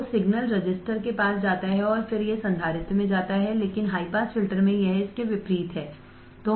तो signal register के पास जाता है और फिर यह संधारित्र में जाता है लेकिन हाई हाई पास फिल्टर में यह इसके विपरीत है